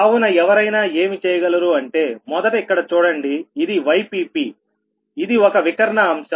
కావున ఎవరైనా ఏమి చేయగలరు అంటే మొదటి ఇక్కడ చూడండి ఇది Yppఇది ఒక వికర్ణ అంశం